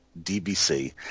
DBC